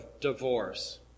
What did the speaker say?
divorce